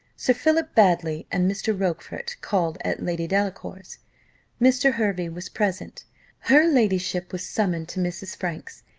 sir philip baddely and mr. rochfort called at lady delacour's mr. hervey was present her ladyship was summoned to mrs. franks,